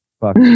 Fuck